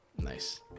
Nice